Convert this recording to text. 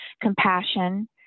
compassion